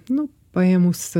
nu paėmus